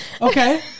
Okay